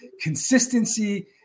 consistency